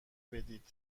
بدید